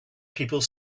people